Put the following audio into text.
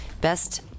Best